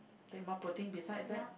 take more protein besides that